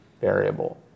variable